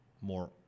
more